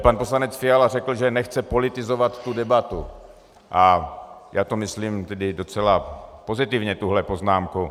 Pan poslanec Fiala řekl, že nechce politizovat tu debatu, a já to myslím tedy docela pozitivně, tuhle poznámku.